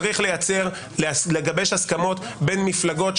צריך לגבש הסכמות בין מפלגות,